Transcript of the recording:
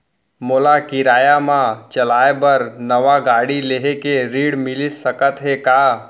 मोला किराया मा चलाए बर नवा गाड़ी लेहे के ऋण मिलिस सकत हे का?